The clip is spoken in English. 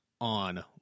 On